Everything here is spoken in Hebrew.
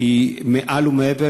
היא מעל ומעבר,